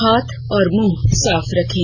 हाथ और मुंह साफ रखें